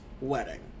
wedding